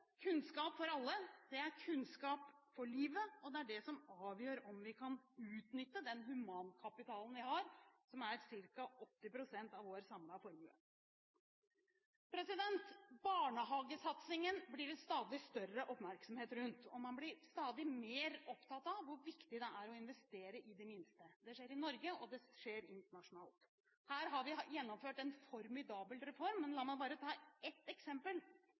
alle er kunnskap for livet, og det er det som avgjør om vi kan utnytte den humankapitalen vi har, som er ca. 80 pst. av vår samlede formue. Barnehagesatsingen blir det stadig større oppmerksomhet rundt. En blir stadig mer opptatt av hvor viktig det er å investere i de minste. Det skjer i Norge, og det skjer internasjonalt. Her har vi gjennomført en formidabel reform. La meg bare ta ett eksempel: